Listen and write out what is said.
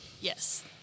Yes